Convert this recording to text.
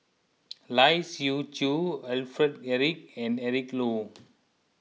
Lai Siu Chiu Alfred Eric and Eric Low